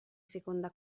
seconda